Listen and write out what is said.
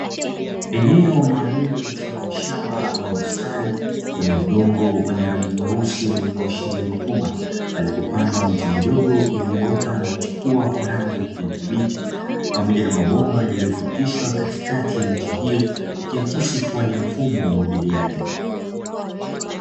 Eneo maalumu mfano wa shamba au bustani lenye udongo wa rangi nyeusi wenye kuashiria ardhi yenye rutuba, palipo pandwa miche midogo iliyoota na kuchepua kwa rangi ya kijani kibichi, pamoja na mabomba yaliyo potishwa katikati ya miche hiyo ikiakisi ni mfumo wa umwagiliaji.